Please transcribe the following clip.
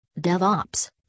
DevOps